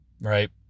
right